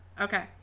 Okay